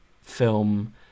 film